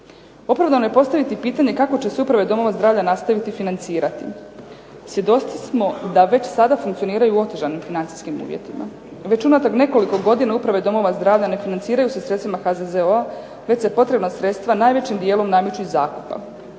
Opravdano je postaviti pitanje kako će se uprave domova zdravlja nastaviti financirati? Svjedoci smo da već sada funkcioniraju u otežanim financijskim uvjetima. Već unatrag nekoliko godina uprave domova zdravlja ne financiraju se sredstvima HZZO-a već se potrebna sredstva najvećim dijelom namiču iz zakupa.